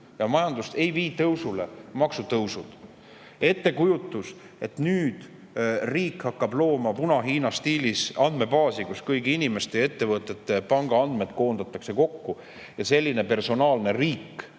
Majandust ei vii tõusule maksutõusud. Ettekujutus, et nüüd riik hakkab looma puna-Hiina stiilis andmebaasi, kuhu kõigi inimeste ja ettevõtete pangaandmed koondatakse kokku, ja selline personaalne riik